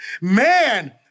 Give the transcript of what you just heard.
man